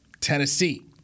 Tennessee